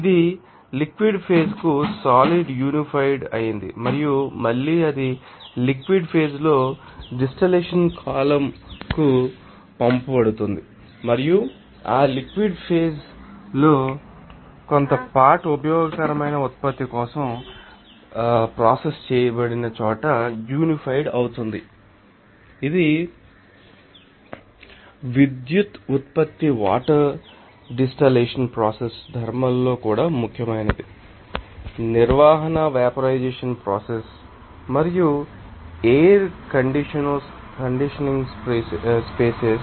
ఇది liquid phase కు solid unified అయింది మరియు మళ్ళీ అది లిక్విడ్ ఫేజ్ లో డిస్టిల్లషన్ కాలమ్కు పంపబడుతుంది మరియు ఆ లిక్విడ్ ఫేజ్ లో కొంత పార్ట్ ఉపయోగకరమైన ఉత్పత్తి కోసం ప్రాసెస్ చేయబడిన చోట యూనిఫైడ్ అవుతుంది ఇది విద్యుత్ ఉత్పత్తి వాటర్ డీశాలినేషన్ ప్రాసెస్ థర్మల్లో కూడా ముఖ్యమైనది నిర్వహణవెపరైజెషన్ప్రోసెస్ మరియు ఎయిర్ కండిషనింగ్ప్రోసెస్